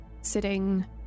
sitting